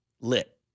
lit